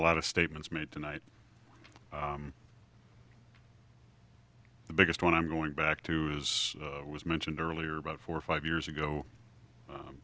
a lot of statements made tonight the biggest one i'm going back to as was mentioned earlier about four or five years ago